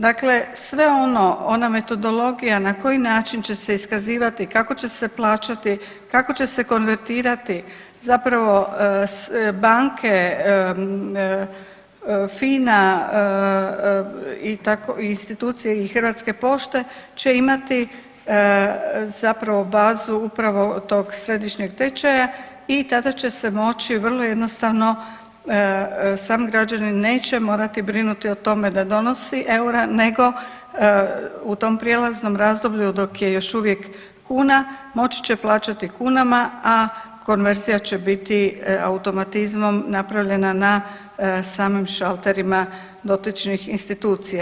Dakle sve ono, ona metodologija na koji način će se iskazivati, kako će se plaćati, kako će se konvertirati, zapravo banke, FINA, i tako, institucije Hrvatske pošte će imati zapravo bazu upravo tog središnjeg tečaja i tada će se moći vrlo jednostavno sami građani neće morati brinuti o tome da donosi eura nego u tom prijelaznom razdoblju dok je još uvijek kuna, moći će plaćati kunama, a konverzija će biti automatizmom napravljena na samim šalterima dotičnih institucija.